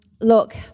look